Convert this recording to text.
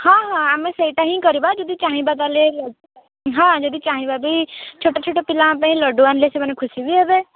ହଁ ହଁ ଆମେ ସେଇଟା ହିଁ କରିବା ଯଦି ଚାହିଁବା ତାହେଲେ ହଁ ଯଦି ଚାହିଁବା ବି ଛୋଟ ଛୋଟ ପିଲାଙ୍କ ପାଇଁ ଲଡ଼ୁ ଆଣିଲେ ସେମାନେ ଖୁସି ବି ହେବେ